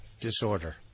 disorder